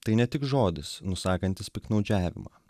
tai ne tik žodis nusakantis piktnaudžiavimą